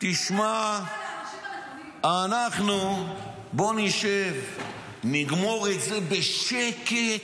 שמע, בוא נשב, אנחנו נגמור את זה בשקט.